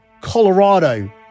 Colorado